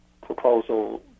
proposal